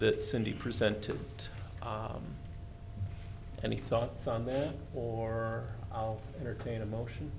that cindy present to any thoughts on that or i'll entertain a motion